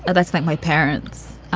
ah that's like my parents.